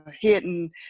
hidden